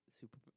super